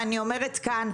ואני אומרת כאן,